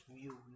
view